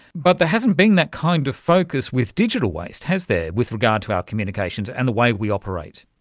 but there hasn't been that kind of focus with digital waste, has there, with regards to our communications and the way we operate.